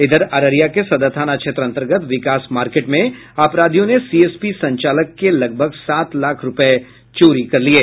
इधर अररिया के सदर थाना क्षेत्र अंतर्गत विकास मार्केट में अपराधियों ने सीएसपी संचालक के लगभग सात लाख रूपये चोरी कर लिये